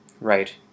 Right